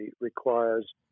requires